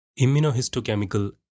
immunohistochemical